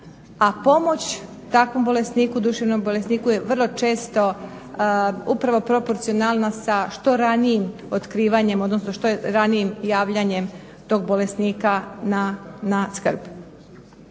a pomoć takvom bolesniku, duševnom bolesniku je vrlo često upravo proporcionalna sa što ranijim otkrivanjem, odnosno što ranijim javljanjem tog bolesnika na skrb.